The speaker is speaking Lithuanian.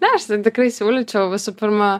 na aš ten tikrai siūlyčiau visų pirma